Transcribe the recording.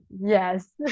yes